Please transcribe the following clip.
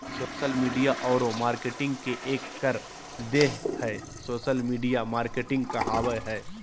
social media औरो marketing के एक कर देह हइ सोशल मिडिया मार्केटिंग कहाबय हइ